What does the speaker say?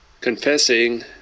confessing